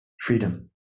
freedom